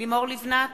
לימור לבנת,